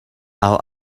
our